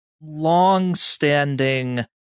long-standing